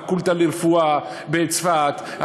הפקולטה לרפואה בצפת,